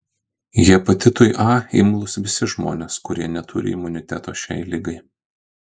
hepatitui a imlūs visi žmonės kurie neturi imuniteto šiai ligai